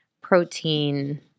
protein